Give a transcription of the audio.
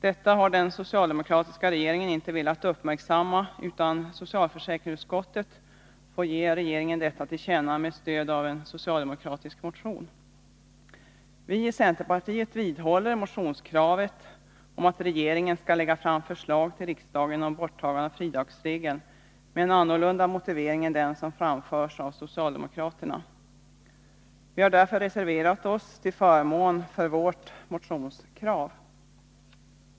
Detta har den socialdemokratiska regeringen inte velat uppmärksamma, utan socialförsäkringsutskottet får ge regeringen detta till känna med stöd av en socialdemokratisk motion. Vi i centerpartiet vidhåller motionskravet om att regeringen skall lägga fram förslag till riksdagen om borttagande av fridagsregeln, med en annorlunda motivering än den som framförs av socialdemokraterna. Vi har därför reserverat oss till förmån för vårt motionskrav.